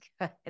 good